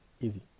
Easy